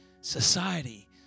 society